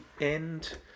end